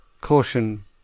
Caution